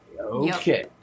Okay